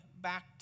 back